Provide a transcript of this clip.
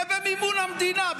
זה במימון המדינה,